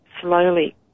slowly